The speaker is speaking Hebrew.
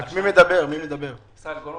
יש גננות